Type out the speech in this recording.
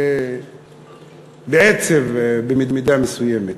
בעצב במידה מסוימת.